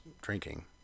drinking